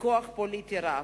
וכוח פוליטי רב.